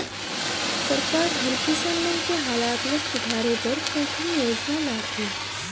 सरकार हर किसान मन के हालत ल सुधारे बर कई ठन योजना लाथे